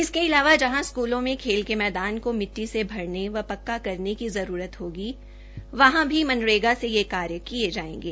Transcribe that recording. इसके अलावा जहां स्कूलों में खेल के मैदान को मिट्टी से भरने व पक्का करने के जरूरत है भी मनरेगा से यह कार्य किये जायेंगे